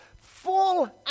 full